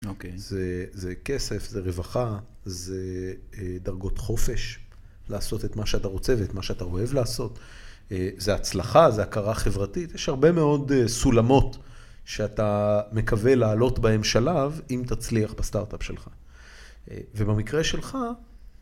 אוקיי, זה כסף, זה רווחה, זה דרגות חופש. לעשות את מה שאתה רוצה ואת מה שאתה אוהב לעשות. זה הצלחה, זו הכרה חברתית. יש הרבה מאוד סולמות שאתה מקווה לעלות בהם שלב, אם תצליח בסטארט-אפ שלך. ובמקרה שלך...